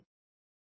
ತೆಗೆದುಕೊಳ್ಳಿ